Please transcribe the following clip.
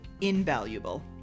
invaluable